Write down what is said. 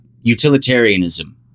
Utilitarianism